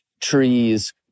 trees